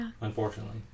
unfortunately